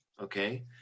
Okay